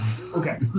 Okay